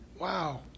Wow